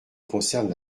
concernent